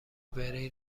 بری